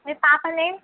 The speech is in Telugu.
మీ పాప నేమ్